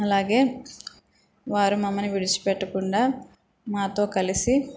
అలాగే వారు మమ్మల్ని విడిచి పెట్టకుండా మాతో కలిసి